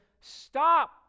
stop